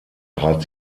trat